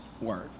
word